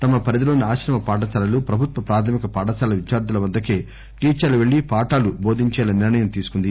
తమ పరిధిలోని ఆశ్రమ పాఠశాలలు ప్రభుత్వ ప్రాథమిక పాఠశాలల విద్యార్దుల వద్దకే టీచర్లు పెళ్లి పాఠాలు బోధించేలా నిర్ణయం తీసుకుంది